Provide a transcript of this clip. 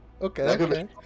Okay